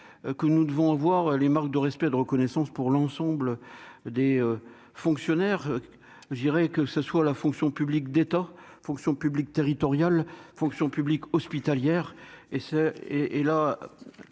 que nous devons avoir les marques de respect et de reconnaissance pour l'ensemble des fonctionnaires, je dirais que ce soit la fonction publique d'état fonction publique territoriale, fonction publique hospitalière et se